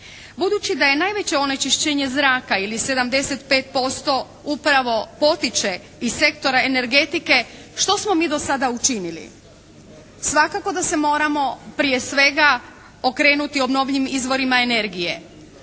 Budući da je najveće onečišćenje zraka ili 75% upravo potiče iz sektora energetike što smo mi do sada učinili. Svakako da se moramo prije svega okrenuti obnovljivim izvorima energije.